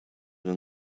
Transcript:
been